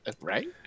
Right